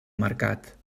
mercat